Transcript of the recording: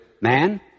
Man